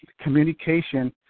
Communication